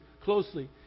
closely